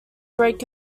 break